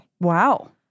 Wow